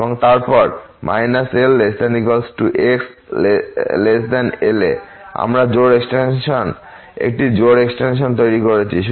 এবং তারপর L≤x L এ আমরা জোড় এক্সটেনশন একটি জোড় এক্সটেনশন তৈরি করেছি